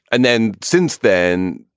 and then since then,